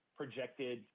projected